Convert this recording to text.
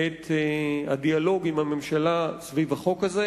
את הדיאלוג עם הממשלה סביב החוק הזה,